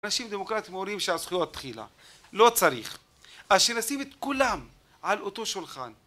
אנשים דמוקרטים אומרים שהזכויות תחילה, לא צריך, אז שנשים את כולם על אותו שולחן